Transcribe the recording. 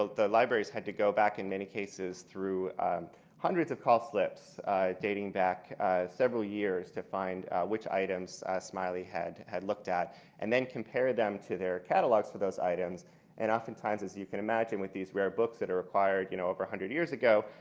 the libraries had to go back in many cases through hundreds of call slips dating back several years to find which items smiley had had looked at and then compared this tomorrow their catalog for those items and oftentimes, as you can imagine with these rare books that are acquired you know over a hundred years ago,